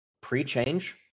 Pre-change